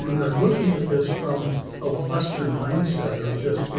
you know they're looking at this from a western mindset of just, you